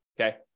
okay